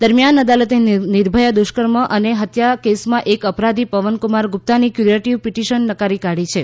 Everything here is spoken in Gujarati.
દરમિયાન અદાલતે નિર્ભયા દુષ્કર્મ અને હત્યા કેસમાં એક અપરાધી પવનકુમાર ગુપ્તાની ક્યુરેટીવ પીટીશન નકારી કાઢી છે